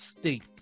state